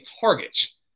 targets